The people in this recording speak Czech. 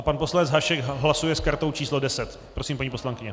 Pan poslanec Hašek hlasuje s kartou číslo 10. Prosím, paní poslankyně.